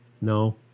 No